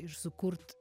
ir sukurt